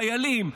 חיילים,